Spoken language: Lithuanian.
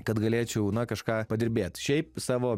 kad galėčiau na kažką padirbėt šiaip savo